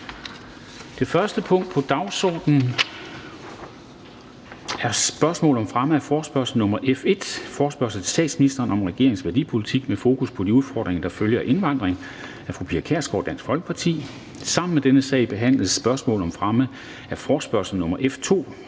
Det første punkt på dagsordenen er: 1) Spørgsmål om fremme af forespørgsel nr. F 1: Forespørgsel til statsministeren om regeringens værdipolitik med fokus på de udfordringer, der følger af indvandringen. Af Pia Kjærsgaard (DF) m.fl. (Anmeldelse 07.10.2020). Sammen med dette punkt foretages: 2) Spørgsmål om fremme af forespørgsel nr.